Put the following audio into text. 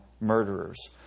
murderers